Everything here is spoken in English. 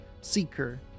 Seeker